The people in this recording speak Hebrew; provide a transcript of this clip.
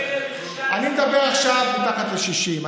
אני מדבר עכשיו על מתחת ל-60.